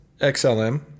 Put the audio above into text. XLM